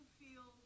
feel